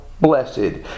Blessed